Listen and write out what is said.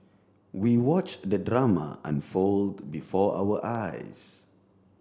we watched the drama unfold before our eyes